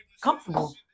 comfortable